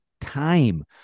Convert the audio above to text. time